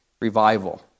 revival